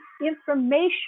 information